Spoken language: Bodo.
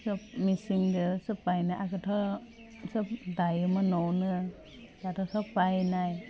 सम मेचिनजो सब बायनाय आगोलथ' सब दायोमोन न'वावनो दाथ' सब बायनाय